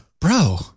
Bro